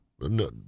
No